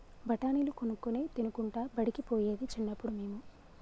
బఠాణీలు కొనుక్కొని తినుకుంటా బడికి పోయేది చిన్నప్పుడు మేము